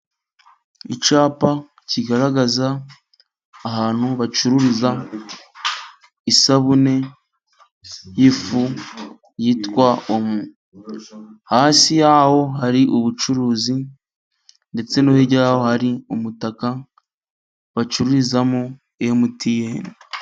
Icyapa kigaragaza ahantu bacururiza isabune y'ifu yitwa Omo, hasi yaho hari ubucuruzi, ndetse hirya yaho hari umutaka bacururizamo mtn.